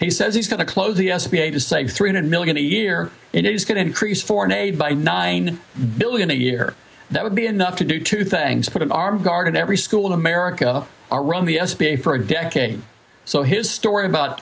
he says he's going to close the s b a to save three hundred million a year and it's going to increase foreign aid by nine billion a year that would be enough to do two things put an armed guard in every school in america are run the s b a for a decade so his story about